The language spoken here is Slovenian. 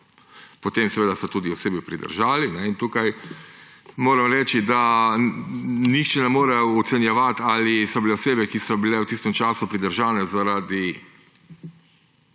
potem so tudi osebe pridržali. In tu moram reči, da nihče ne more ocenjevati, ali so bile osebe, ki so bile v tistem času pridržane zaradi